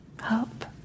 help